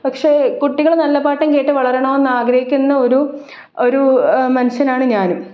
പക്ഷെ കുട്ടികള് നല്ല പാട്ടും കേട്ട് വളരണമെന്നാഗ്രഹിക്കുന്ന ഒരു ഒരു മനുഷ്യനാണ് ഞാനും